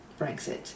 Brexit